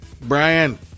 Brian